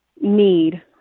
need